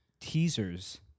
teasers